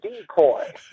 decoy